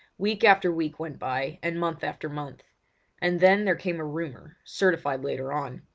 week after week went by, and month after month and then there came a rumour, certified later on,